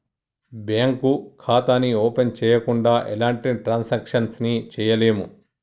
bank ఖాతాని open చెయ్యకుండా ఎలాంటి ట్రాన్సాక్షన్స్ ని చెయ్యలేము